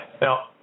Now